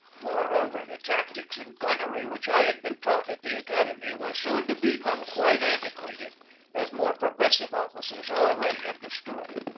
moreover, the tactics and gunnery which i had been taught at the academy were soon to be come quite antiquated as more progressive officers al ready understood.